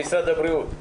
ההצהרה למשרד הבריאות.